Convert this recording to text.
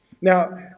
Now